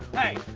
hey!